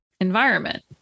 environment